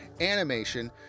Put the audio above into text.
animation